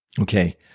Okay